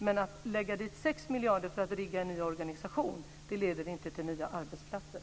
Men att lägga sex miljarder på att rigga en ny organisation leder inte till nya arbetsplatser.